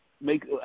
make